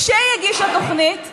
כשהיא הגישה תוכנית,